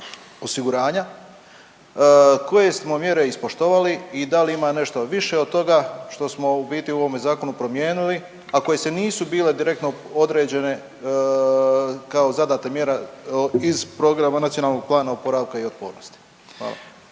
koje smo mjere ispoštovali i da li ima nešto više od toga što smo u biti u ovome zakonu promijenili, a koje se nisu bile direktno određene kao zadata mjera iz Programa nacionalnog plana oporavka i otpornosti. Hvala.